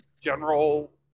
general